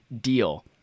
deal